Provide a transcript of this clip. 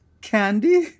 Candy